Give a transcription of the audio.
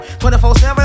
24-7